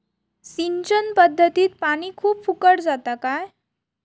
सिंचन पध्दतीत पानी खूप फुकट जाता काय?